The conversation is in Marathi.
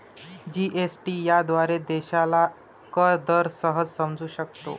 जी.एस.टी याद्वारे देशाला कर दर सहज समजू शकतो